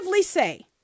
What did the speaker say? say